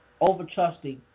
over-trusting